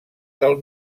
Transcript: del